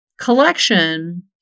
Collection